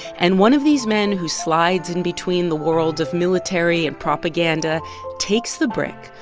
and one of these men who slides in between the worlds of military and propaganda takes the brick,